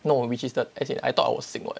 no which is the as in I thought I was sick [what]